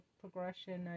progression